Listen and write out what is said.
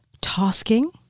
tasking